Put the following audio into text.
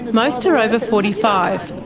most are over forty five.